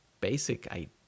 basic